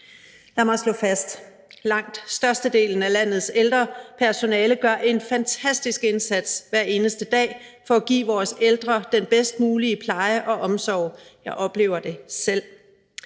Lad mig slå fast: Langt størstedelen af landets ældrepersonale gør en fantastisk indsats hver eneste dag for at give vores ældre den bedst mulige pleje og omsorg – jeg oplever det selv.